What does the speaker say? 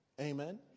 Amen